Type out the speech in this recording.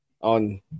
on